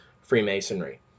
Freemasonry